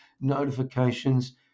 notifications